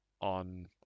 on